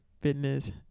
fitness